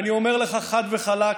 אני אומר לך חד וחלק,